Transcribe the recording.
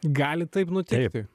gali taip nutikti